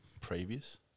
Previous